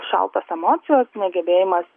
šaltos emocijos negebėjimas